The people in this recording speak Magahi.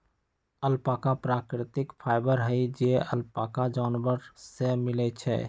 अल्पाका प्राकृतिक फाइबर हई जे अल्पाका जानवर से मिलय छइ